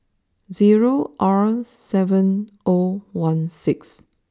zero R seven O one six